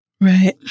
right